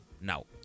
Now